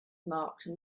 marked